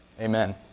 Amen